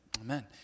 amen